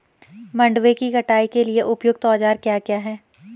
मंडवे की कटाई के लिए उपयुक्त औज़ार क्या क्या हैं?